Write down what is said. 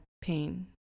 pain